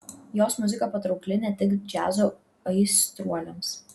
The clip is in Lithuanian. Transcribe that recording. jos muzika patraukli ne tik džiazo aistruoliams